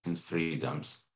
freedoms